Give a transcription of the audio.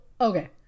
okay